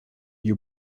you